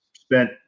spent